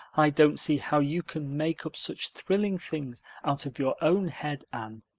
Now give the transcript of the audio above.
i don't see how you can make up such thrilling things out of your own head, anne.